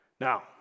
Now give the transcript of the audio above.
Now